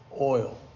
oil